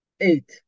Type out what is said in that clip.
Eight